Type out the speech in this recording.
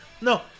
No